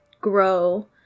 grow